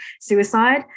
suicide